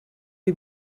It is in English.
you